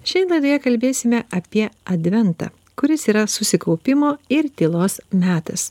šiandien laidoje kalbėsime apie adventą kuris yra susikaupimo ir tylos metas